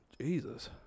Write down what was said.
Jesus